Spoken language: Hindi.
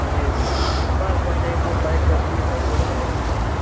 जी जी बस बस यही दो पैक कर दीजिए सर दो पर्याप्त है